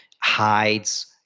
hides